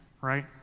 right